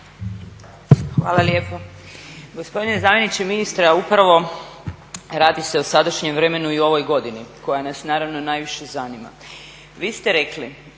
Hvala lijepo. Gospodine zamjeniče ministra, upravo radi se o sadašnjem vremenu i u ovoj godini koja nas naravno najviše zanima. Vi ste rekli